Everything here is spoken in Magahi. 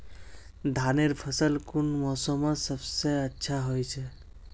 धानेर फसल कुन मोसमोत सबसे अच्छा होचे?